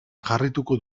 jarraituko